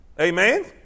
Amen